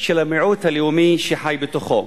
של המיעוט הלאומי שחי בתוכו.